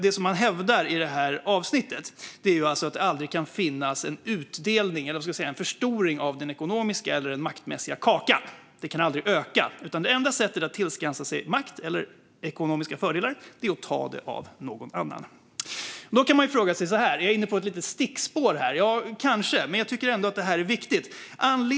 Det han hävdar i det här avsnittet är att det aldrig kan finnas en utdelning eller ett förstorande av den ekonomiska eller maktmässiga kakan. Den kan aldrig öka, utan det enda sättet att tillskansa sig makt eller ekonomiska fördelar är att ta dem från någon annan. Jag är kanske inne på ett litet stickspår, men jag tycker ändå att det här är viktigt.